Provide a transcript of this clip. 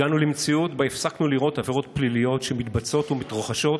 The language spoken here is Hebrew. הגענו למציאות שבה הפסקנו לראות עבירות פליליות שמתבצעות ומתרחשות